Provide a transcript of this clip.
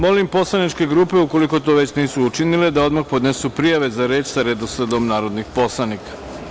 Molim poslaničke grupe, ukoliko to već nisu učinile. da odmah podnesu prijave za reč sa redosledom narodnih poslanika.